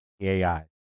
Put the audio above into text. AI